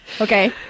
okay